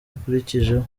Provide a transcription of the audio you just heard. akurikijeho